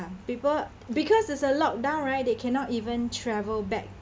people because it's a lockdown right they cannot even travel back